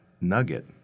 Nugget